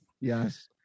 Yes